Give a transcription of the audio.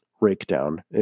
breakdown